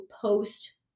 post